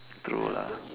true lah